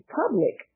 public